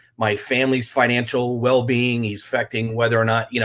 my family's financial well-being, he's affecting whether or not, you know